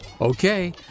Okay